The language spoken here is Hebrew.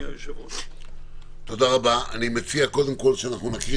27 ו-47 לחוק מרשם